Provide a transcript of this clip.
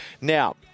now